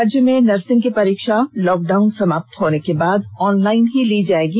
राज्य में नर्सिंग की परीक्षा लॉक डाउन समाप्त होने के बाद ऑफलाइन ही ली जाएगी